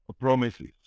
promises